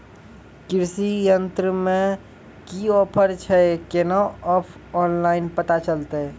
कृषि यंत्र मे की ऑफर छै केना ऑनलाइन पता चलतै?